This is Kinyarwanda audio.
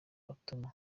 batuma